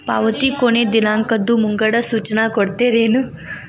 ಪಾವತಿ ಕೊನೆ ದಿನಾಂಕದ್ದು ಮುಂಗಡ ಸೂಚನಾ ಕೊಡ್ತೇರೇನು?